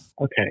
okay